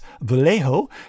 Vallejo